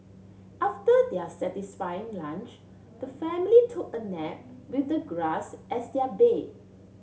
after their satisfying lunch the family took a nap with the grass as their bed